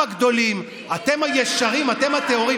זה מסודר.